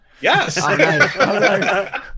Yes